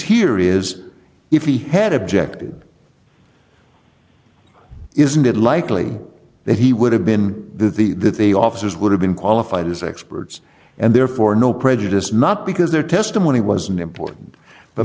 here is if he had objected isn't it likely that he would have been the that the officers would have been qualified as experts and therefore no prejudice not because their testimony was unimportant but